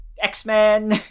X-Men